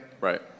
Right